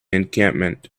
encampment